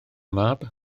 mab